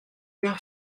bien